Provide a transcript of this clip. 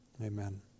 amen